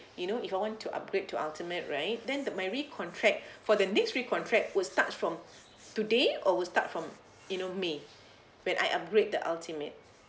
you know if I want to upgrade to ultimate right then the my recontract for the next recontract will starts from today or will start from you know may when I upgrade the ultimate